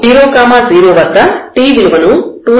0 0 వద్ద t విలువను 2e0